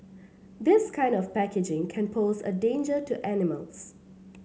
this kind of packaging can pose a danger to animals